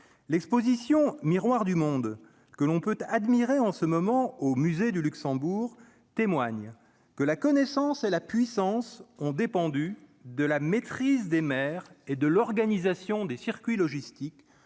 l'Exposition Miroirs du monde que l'on peut admirer en ce moment au Musée du Luxembourg, témoigne que la connaissance et la puissance ont dépendu de la maîtrise des maires et de l'organisation des circuits logistiques,